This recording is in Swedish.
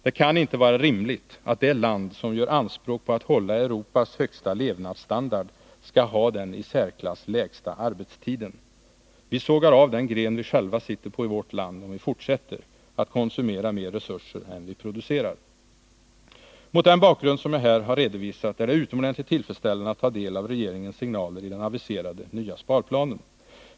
Det kan inte vara rimligt att det land som gör anspråk på att hålla Europas högsta levnadsstandard skall ha den i särklass kortaste arbetstiden. Vi sågar av den gren vi själva sitter på i vårt land, om vi fortsätter att konsumera mer resurser än vi producerar. Mot den bakgrund som jag här har redovisat är det utomordentligt tillfredsställande att ta del av regeringens signaler i den aviserade nyä sparplanen.